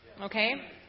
okay